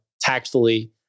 tactfully